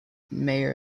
mayor